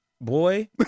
boy